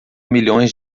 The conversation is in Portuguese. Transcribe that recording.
milhões